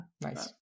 Nice